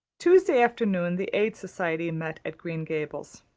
tuesday afternoon the aid society met at green gables.